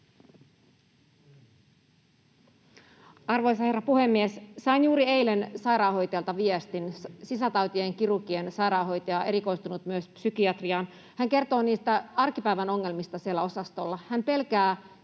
Arvoisa herra puhemies! Sain juuri eilen sairaanhoitajalta viestin — sisätautien ja kirurginen sairaanhoitaja, erikoistunut myös psykiatriaan. Hän kertoo arkipäivän ongelmista siellä osastolla. Hän pelkää